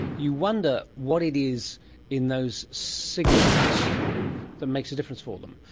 you wonder what it is in those signals that makes a difference for them,